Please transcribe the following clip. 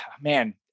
man